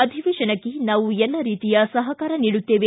ಅಧಿವೇಶನಕ್ಕೆ ನಾವು ಎಲ್ಲ ರೀತಿಯ ಸಹಕಾರ ನೀಡುತ್ತೇವೆ